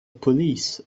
police